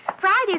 Friday's